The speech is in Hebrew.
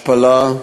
השפלה,